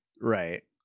right